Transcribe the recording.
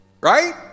Right